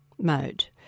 mode